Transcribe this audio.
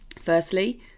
firstly